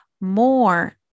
more